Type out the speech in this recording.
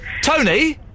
Tony